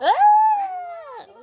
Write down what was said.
eh